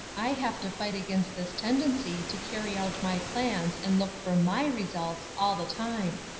i have to fight against this tendency to carry out my plans and look for my results all the time.